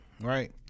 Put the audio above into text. right